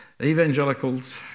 evangelicals